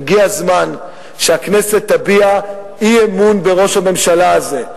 הגיע הזמן שהכנסת תביע אי-אמון בראש הממשלה הזה.